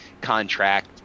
contract